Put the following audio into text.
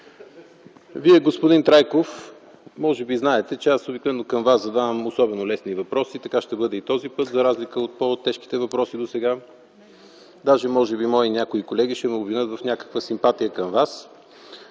Вие, господин Трайков, може би знаете, че обикновено към Вас задавам особено лесни въпроси. Така ще бъде и този път, за разлика от по-тежките въпроси досега. Даже може би някои мои колеги ще ме обвинят в някаква симпатия към Вас.